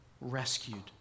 rescued